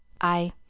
I